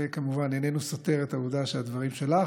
זה כמובן איננו סותר את העובדה שהדברים שלך